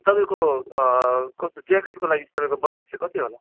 तपाईँको कस्तो ज्याकेटको लागि तपाईँको बजेट चाहिँ कति होला